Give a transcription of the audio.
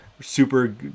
super